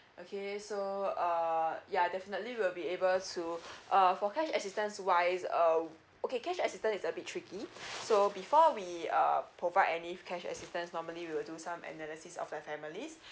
okay so uh ya definitely we will be able to uh for cash assistance wise uh okay cash assistance is a bit tricky so before we uh provide any cash assistance normally will do some analysis of that families